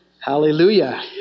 Hallelujah